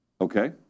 Okay